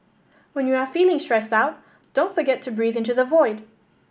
when you are feeling stressed out don't forget to breathe into the void